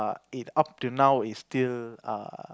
it up till now it's still uh